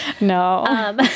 No